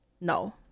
No